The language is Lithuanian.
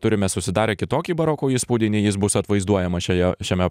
turime susidarę kitokį baroko įspūdį nei jis bus atvaizduojamas šioje šiame